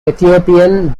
ethiopian